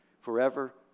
forever